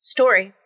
Story